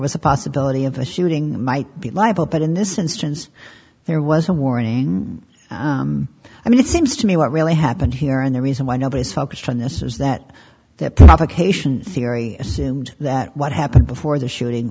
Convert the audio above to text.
was a possibility of the shooting might be liable but in this instance there was a warning i mean it seems to me what really happened here and the reason why nobody's focused on this is that the provocation theory assumed that what happened before the shooting